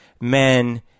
men